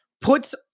puts